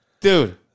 Dude